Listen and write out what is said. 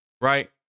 right